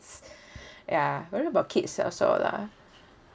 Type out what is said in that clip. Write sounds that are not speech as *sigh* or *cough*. *breath* ya worry about kids also lah